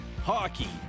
Hockey